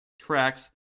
tracks